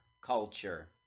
culture